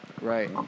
Right